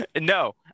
No